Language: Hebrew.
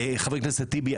חבר הכנסת טיבי,